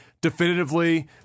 definitively